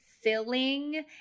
filling